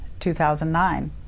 2009